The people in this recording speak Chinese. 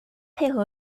配合